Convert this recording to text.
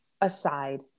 aside